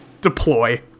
Deploy